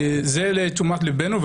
זה לתשומת לבנו.